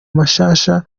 mashasha